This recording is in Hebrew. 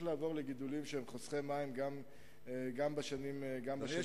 לעבור לגידולים שהם חוסכי מים גם בשנים הבאות.